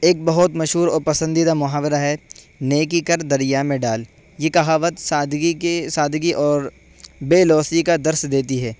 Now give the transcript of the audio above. ایک بہت مشہور اور پسندیدہ محاورہ ہے نیکی کر دریا میں ڈال یہ کہاوت سادگی کے سادگی اور بےلوثی کا درس دیتی ہے